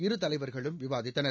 இருதலைவர்களும் விவாதித்தனர்